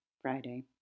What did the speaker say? Friday